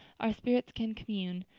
our spirits can commune.